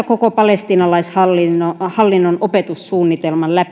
koko palestiinalaishallinnon opetussuunnitelman